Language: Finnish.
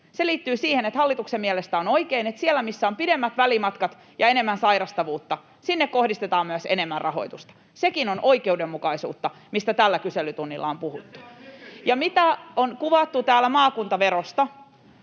Se liittyy siihen, että hallituksen mielestä on oikein, että sinne, missä on pidemmät välimatkat ja enemmän sairastavuutta, kohdistetaan myös enemmän rahoitusta. Sekin on oikeudenmukaisuutta, mistä tällä kyselytunnilla on puhuttu. [Ben Zyskowicz: Ja se on